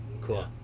Cool